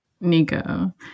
nico